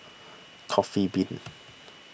Coffee Bean